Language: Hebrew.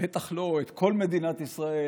בטח לא את כל מדינת ישראל,